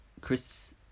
...crisps